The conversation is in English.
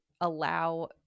allow